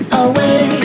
away